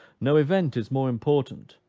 no event is more important,